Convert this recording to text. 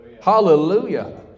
Hallelujah